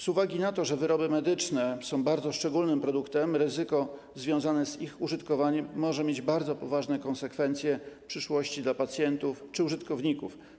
Z uwagi na to, że wyroby medyczne są bardzo szczególnymi produktami, ryzyko związane z ich użytkowaniem może mieć bardzo poważne konsekwencje w przyszłości dla pacjentów czy użytkowników.